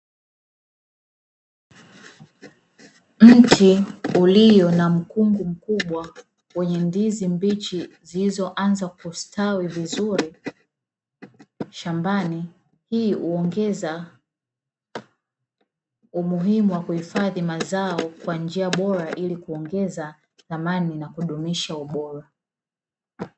Mti ulio na mkungu mkubwa wenye ndizi mbichi zilizoanza kustawi vizuri shambani, hii huongeza umuhimu wa kuhifadhi mazao kwa njia bora ili kuongeza thamani na kudumisha ubora.